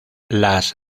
las